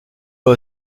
pas